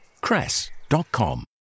cress.com